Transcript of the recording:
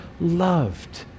loved